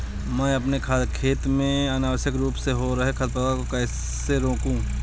मैं अपने खेत में अनावश्यक रूप से हो रहे खरपतवार को कैसे रोकूं?